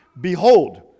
Behold